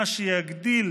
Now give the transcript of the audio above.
מה שיגדיל